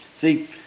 see